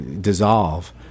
dissolve